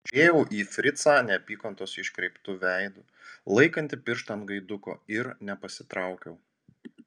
žiūrėjau į fricą neapykantos iškreiptu veidu laikantį pirštą ant gaiduko ir nepasitraukiau